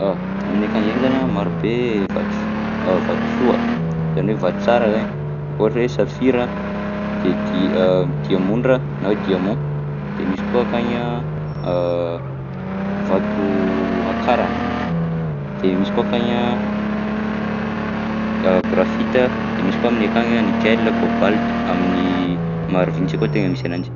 Ah, Aminay akany ndraika zany a maro be vatos- vatosoa zany hoe vato tsara zay, ohatra hoe safira de dia- diamondra na hoe diamant, de misy koa akagny a vato akarana, de misy koa akagny a graphite, de misy koa aminay akagny nickel, cobalt amin'ny Marovintsy akao tegna misy ananjy.